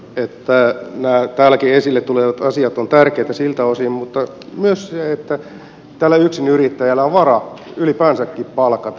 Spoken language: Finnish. nämä täälläkin esille tulevat asiat ovat tärkeitä siltä osin mutta myös siksi että tällä yksinyrittäjällä on varaa ylipäänsäkin palkata